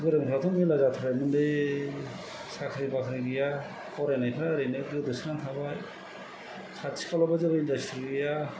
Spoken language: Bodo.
गोरोंफ्राथ' मेरला जाथारबायमोन लै साख्रि बाख्रि गैया फरायनायफ्रा ओरैनो गोदोसोनानै थाबाय खाथि खालायावबो जेबो इन्डासट्रि गैया